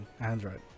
Android